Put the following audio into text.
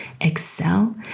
excel